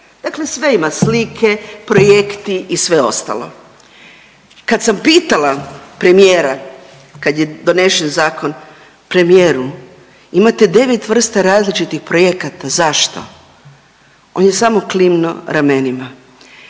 dakle sve ima slike, projekti i sve ostalo. Kad sam pitala premijera kad je donesen zakon, premijeru imate devet vrsta različitih projekata, zašto? On je samo klimno ramenima.